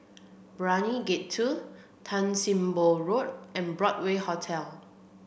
Brani Gate Two Tan Sim Boh Road and Broadway Hotel